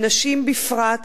ונשים בפרט,